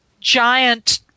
giant